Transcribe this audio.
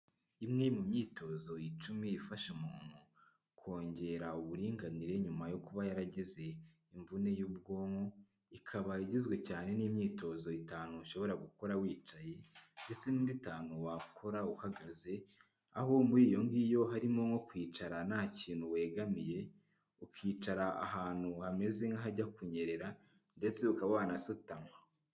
Imwe mu myitozo icumi ifasha umuntu kongera uburinganire nyuma yo kuba yarageze imvune y'ubwonko, ikaba igizwe cyane n'imyitozo itanu ushobora gukora wicaye ndetse n'indi itanu wakora uhagaze, aho muri iyo ng'iyo harimo nko kwicara nta kintu wegamiye, ukicara ahantu hameze nk'ahajya kunyerera ndetse uka wanasutama.